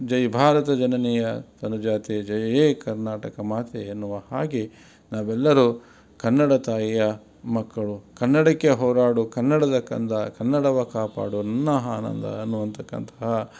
ಜೈ ಭಾರತ ಜನನಿಯ ತನುಜಾತೆ ಜಯ ಹೇ ಕರ್ನಾಟಕ ಮಾತೆ ಎನ್ನುವ ಹಾಗೆ ನಾವೆಲ್ಲರೂ ಕನ್ನಡ ತಾಯಿಯ ಮಕ್ಕಳು ಕನ್ನಡಕ್ಕೆ ಹೋರಾಡು ಕನ್ನಡದ ಕಂದ ಕನ್ನಡವ ಕಾಪಾಡು ನನ್ನ ಆನಂದ ಅನ್ನುವಂತಕ್ಕಂತಹ